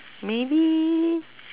maybe